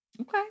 Okay